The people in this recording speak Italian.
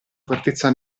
fortezza